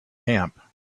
camp